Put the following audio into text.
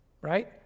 right